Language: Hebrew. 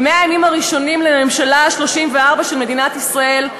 ב-100 הימים הראשונים לממשלה ה-34 של מדינת ישראל,